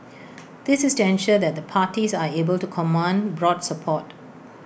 this is to ensure that the parties are able to command broad support